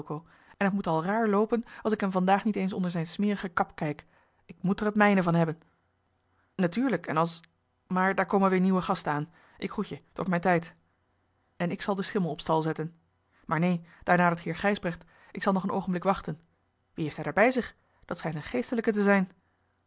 en het moet al raar loopen als ik hem vandaag niet eens onder zijne smerige kap kijk ik moet er het mijne van hebben natuurlijk en als maar daar komen weer nieuwe gasten aan ik groet je t wordt mijn tijd en ik zal den schimmel op stal zetten maar neen daar nadert heer gijsbrecht ik zal nog een oogenblik wachten wien heeft hij daar bij zich dat schijnt een geestelijke te zijn